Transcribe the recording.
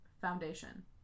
foundation